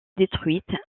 détruites